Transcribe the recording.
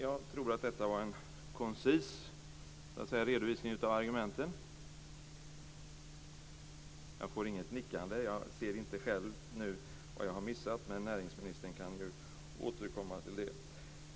Jag tror att detta var en koncis redovisning av argumenten. Jag får inget nickande. Jag vet inte själv vad jag har missat, men näringsministern kan återkomma till det.